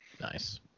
Nice